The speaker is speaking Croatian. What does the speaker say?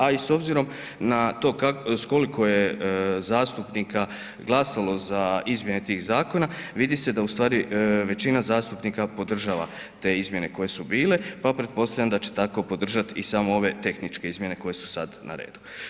A i s obzirom na to koliko je zastupnika glasalo za izmjene tih zakona vidi se da ustvari većina zastupnika podržava te izmjene koje su bile pa pretpostavljam da će tako podržati i samo ove tehničke izmjene koje su sad na redu.